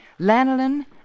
lanolin